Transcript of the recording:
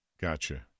Gotcha